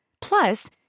Plus